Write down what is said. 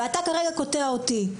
ואתה כרגע קוטע אותי.